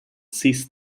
ceased